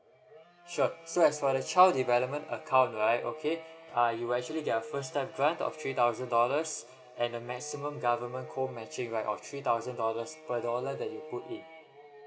sure so as for the child development account right okay uh you'll actually get a first time grant of three thousand dollars and the maximum government co matching right of three thousand dollars per dollar that you put in